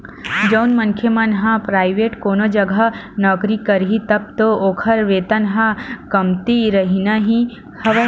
जउन मनखे मन ह पराइवेंट कोनो जघा नौकरी करही तब तो ओखर वेतन ह कमती रहिना ही हवय